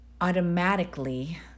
Automatically